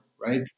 right